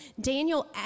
daniel